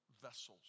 vessels